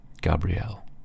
Gabrielle